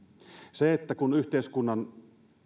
kun yhteiskunnan